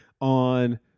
on